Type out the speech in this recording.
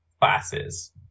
classes